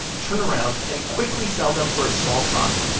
turn around and quickly sell them for a small profit.